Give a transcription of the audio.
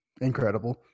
incredible